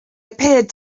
appeared